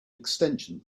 extension